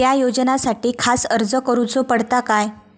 त्या योजनासाठी खास अर्ज करूचो पडता काय?